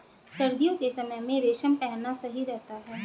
सर्दियों के समय में रेशम पहनना सही रहता है